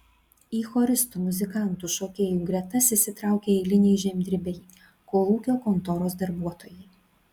į choristų muzikantų šokėjų gretas įsitraukė eiliniai žemdirbiai kolūkio kontoros darbuotojai